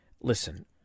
listen